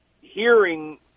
hearing